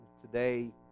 Today